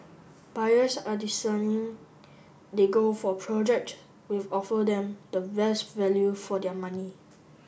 buyers are discerning they go for project with offer them the best value for their money